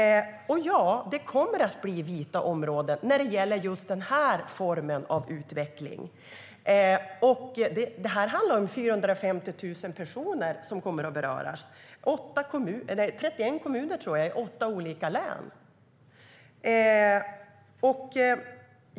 Ja, det kommer att bli vita områden när det gäller just den här formen av utveckling. Det handlar om 450 000 personer som kommer att beröras i 31 kommuner, tror jag, i åtta olika län.